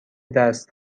دست